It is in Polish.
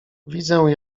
widzę